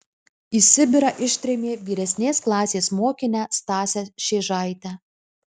į sibirą ištrėmė vyresnės klasės mokinę stasę šėžaitę